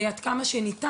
עד כמה שניתן.